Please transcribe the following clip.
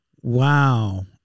Wow